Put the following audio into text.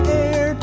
air